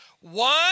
One